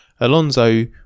Alonso